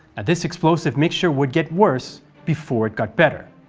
and this explosive mixture would get worse before it got better.